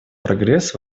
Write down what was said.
прогресс